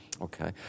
okay